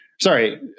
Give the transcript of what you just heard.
Sorry